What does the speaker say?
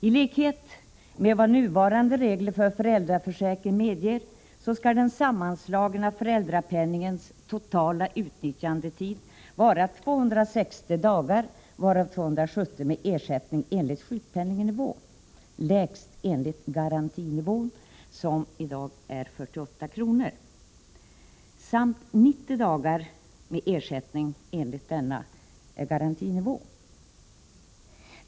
I likhet med vad nuvarande regler för föräldraförsäkringen medger skall den sammanslagna föräldrapenningens totala utnyttjande vara 360 dagar, varav 270 med ersättning enligt sjukpenningnivån — lägst enligt garantinivån, som i dag är 48 kr. — samt 90 dagar med ersättning enligt garantinivån.